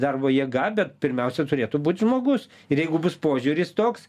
darbo jėga bet pirmiausia turėtų būt žmogus ir jeigu bus požiūris toks